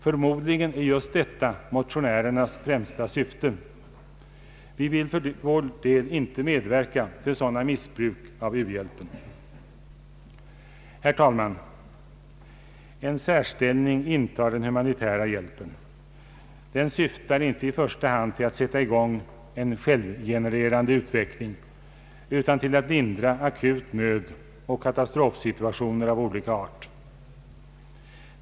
Förmodligen är just detta motionärernas främsta syfte. Vi vill för vår del inte medverka till sådana missbruk av u-hjälpen. Herr talman! En särställning intar den humanitära hjälpen. Den syftar inte i första hand till att sätta i gång en självgenererande utveckling, utan till att lindra akut nöd och katastrofsituationer av olika art.